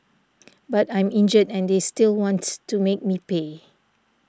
but I'm injured and they still wants to make me pay